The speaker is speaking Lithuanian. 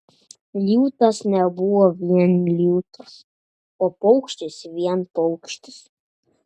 liūtas nebuvo vien liūtas o paukštis vien paukštis